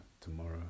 tomorrow